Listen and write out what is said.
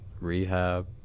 rehab